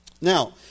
Now